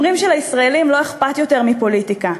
אומרים שלישראלים לא אכפת יותר מפוליטיקה.